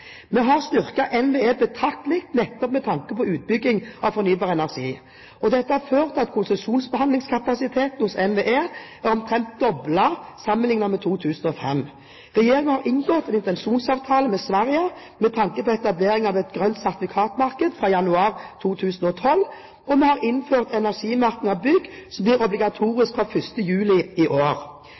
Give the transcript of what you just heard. Vi har styrket NVE betraktelig nettopp med tanke på utbygging av fornybar energi. Dette har ført til at konsesjonsbehandlingskapasiteten hos NVE er omtrent doblet sammenlignet med 2005. Regjeringen har inngått en intensjonsavtale med Sverige med tanke på etablering av et grønt sertifikatmarked fra januar 2012. Vi har innført energimerking av bygg, som blir obligatorisk fra 1. juli i år.